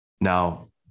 Now